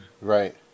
right